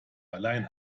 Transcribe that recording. allein